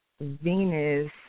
Venus